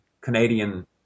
Canadian